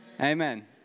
Amen